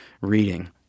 reading